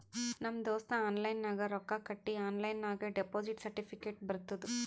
ನಮ್ ದೋಸ್ತ ಆನ್ಲೈನ್ ನಾಗ್ ರೊಕ್ಕಾ ಕಟ್ಟಿ ಆನ್ಲೈನ್ ನಾಗೆ ಡೆಪೋಸಿಟ್ ಸರ್ಟಿಫಿಕೇಟ್ ಬರ್ತುದ್